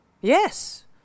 Yes